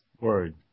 Word